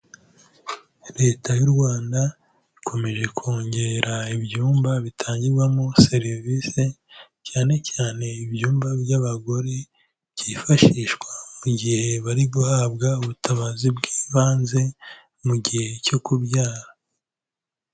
Leta y'u Rwanda ikomeje kongera ibyumba bitangirwamo serivise cyane cyane ibyumba by'abagore byifashishwa mu gihe bari guhabwa ubutabazi bw'ibanze mu gihe cyo kubyara.